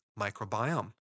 microbiome